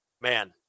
Man